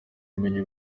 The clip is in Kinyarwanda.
ubumenyi